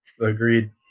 agreed